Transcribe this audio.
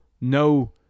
no